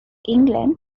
england